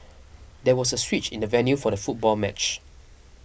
there was a switch in the venue for the football match